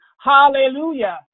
Hallelujah